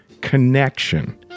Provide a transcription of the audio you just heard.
connection